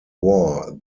war